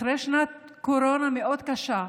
אחרי שנת קורונה קשה מאוד,